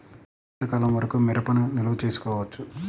నేను ఎంత కాలం వరకు మిరపను నిల్వ చేసుకోవచ్చు?